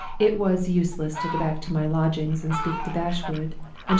it was useless to go back to my lodgings and speak to bashwood,